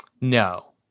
No